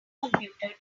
computer